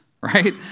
right